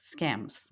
scams